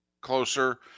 closer